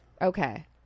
Okay